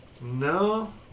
No